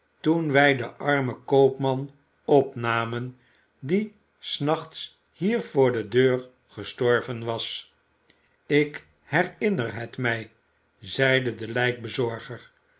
toen wij den armen koopman opnamen die s nachts hier voor de deur gestorven was ik herinner het mij zeide de